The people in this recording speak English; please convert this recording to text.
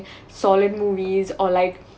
solid movies or like